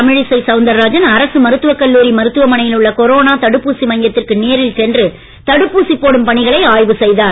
தமிழிசை சவுந்தரராஜன் அரசு மருத்துவக் கல்லூரி மருத்துவமனையில் உள்ள கொரோனா தடுப்பூசி மையத்திற்கு நேரில் சென்று தடுப்பூசி போடும் பணிகளை ஆய்வு செய்தார்